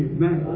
Amen